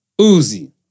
Uzi